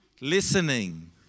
listening